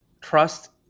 trust